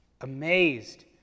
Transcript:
amazed